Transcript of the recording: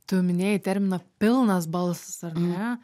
tu minėjai terminą pilnas balsas ar ne